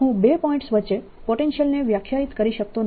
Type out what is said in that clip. તેથી હું બે પોઈન્ટ્સ વચ્ચે પોટેન્શિયલને વ્યાખ્યાયિત કરી શકતો નથી